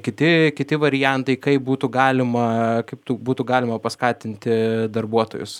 kiti kiti variantai kaip būtų galima kaip tu būtų galima paskatinti darbuotojus